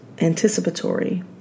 anticipatory